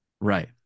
Right